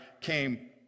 came